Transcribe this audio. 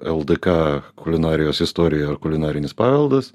ldk kulinarijos istorija ir kulinarinis paveldas